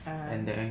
(uh huh)